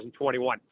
2021